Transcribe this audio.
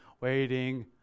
waiting